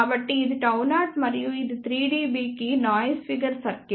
కాబట్టి ఇది Γ0 మరియు ఇది 3 dB కి నాయిస్ ఫిగర్ సర్కిల్ ఇది 2